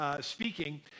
speaking